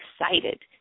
excited